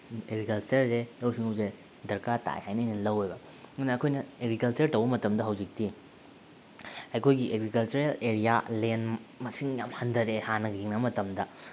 ꯑꯦꯒ꯭ꯔꯤꯀꯜꯆꯔꯁꯦ ꯂꯧꯎ ꯁꯤꯡꯎꯕꯁꯦ ꯗꯔꯀꯥꯔ ꯇꯥꯏ ꯍꯥꯏꯅ ꯑꯩꯅ ꯂꯧꯑꯦꯕ ꯑꯗꯨꯅ ꯑꯩꯈꯣꯏꯅ ꯑꯦꯒ꯭ꯔꯤꯀꯜꯆꯔ ꯇꯧꯕ ꯃꯇꯝꯗ ꯍꯧꯖꯤꯛꯇꯤ ꯑꯩꯈꯣꯏꯒꯤ ꯑꯦꯒ꯭ꯔꯤꯀꯜꯆꯔꯦꯜ ꯑꯦꯔꯤꯌꯥ ꯂꯦꯟ ꯃꯁꯤꯡ ꯌꯥꯝ ꯍꯟꯊꯔꯦ ꯍꯥꯟꯅꯒ ꯌꯦꯡꯅꯕ ꯃꯇꯝꯗ